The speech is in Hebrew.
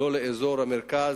ולא לאזור המרכז,